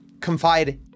confide